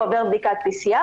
הוא עובר בדיקת PCR,